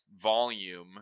volume